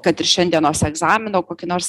kad ir šiandienos egzamino kokį nors